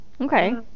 Okay